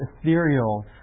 ethereal